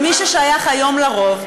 ומי ששייך היום לרוב,